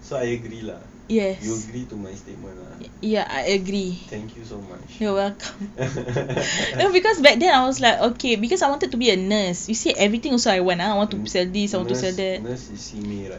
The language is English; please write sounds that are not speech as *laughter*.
so I agree lah you agree to my statement ah thank you so much *laughs* nurse nurse is see me